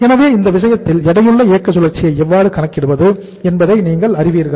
எனவே இந்த விஷயத்தில் எடையுள்ள இயக்க சுழற்சியை எவ்வாறு கணக்கிடுவது என்பதை நீங்கள் அறிவீர்கள்